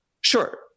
Sure